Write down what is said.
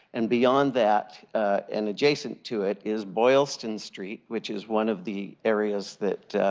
and beyond that and adjacent to it is boylston street which is one of the areas that